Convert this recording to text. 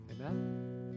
Amen